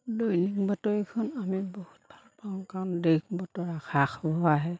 দৈনিক বাতৰিখন আমি বহুত ভাল পাওঁ কাৰণ দেশ বতৰৰ খা খবৰ আহে